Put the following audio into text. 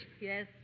Yes